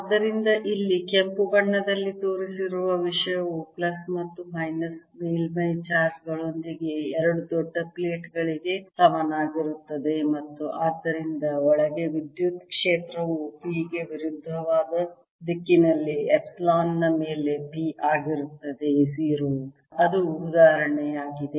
ಆದ್ದರಿಂದ ಇಲ್ಲಿ ಕೆಂಪು ಬಣ್ಣದಲ್ಲಿ ತೋರಿಸಿರುವ ವಿಷಯವು ಪ್ಲಸ್ ಮತ್ತು ಮೈನಸ್ ಮೇಲ್ಮೈ ಚಾರ್ಜ್ ಗಳೊಂದಿಗೆ ಎರಡು ದೊಡ್ಡ ಪ್ಲೇಟ್ ಗಳಿಗೆ ಸಮನಾಗಿರುತ್ತದೆ ಮತ್ತು ಆದ್ದರಿಂದ ಒಳಗೆ ವಿದ್ಯುತ್ ಕ್ಷೇತ್ರವು p ಗೆ ವಿರುದ್ಧವಾದ ದಿಕ್ಕಿನಲ್ಲಿ ಎಪ್ಸಿಲಾನ್ ನ ಮೇಲೆ p ಆಗಿರುತ್ತದೆ 0 ಅದು ಉದಾಹರಣೆಯಾಗಿದೆ